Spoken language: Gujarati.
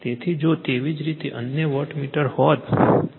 તેથી જો તેવી જ રીતે અન્ય વોટમીટર માટે હોત છે